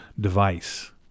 device